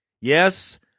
Yes